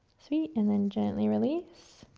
sweet, and then gently release.